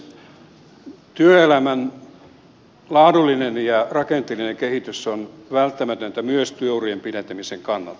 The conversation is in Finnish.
työelämän laadullinen ja rakenteellinen kehitys on välttämätöntä myös työurien pidentämisen kannalta